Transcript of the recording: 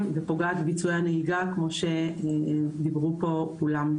ופוגעת בביצועי הנהיגה כמו שדיברו פה כולם.